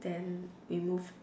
then we move